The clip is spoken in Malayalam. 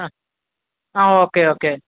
ആ ആ ഓക്കെ ഓക്കേ